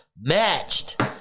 matched